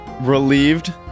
Relieved